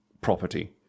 property